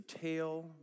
tail